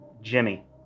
Jimmy